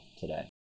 today